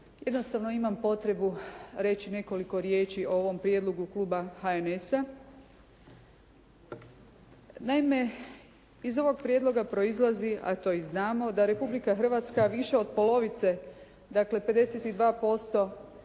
Jednostavno imam potrebu reći nekoliko riječi o ovom prijedlogu Kluba HNS-a. Naime, iz ovoga prijedloga proizlazi, a to i znamo da Republika Hrvatska više od polovice, dakle 52%